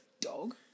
Dog